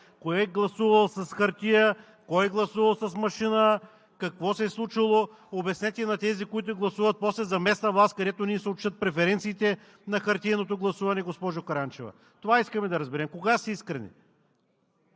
кой е гласувал с хартия, кой е гласувал с машина, какво се е случвало. Обяснете и на тези, които гласуват после за местна власт, където не им се отчитат преференциите на хартиеното гласуване, госпожо Караянчева. Това искаме да разберем – кога сте искрени,